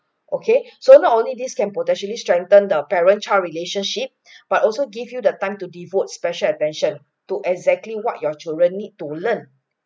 okay so not only this can potentially strengthen the parent-child relationship but also give you that time to devote special attention to exactly what your children need to learn